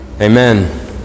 Amen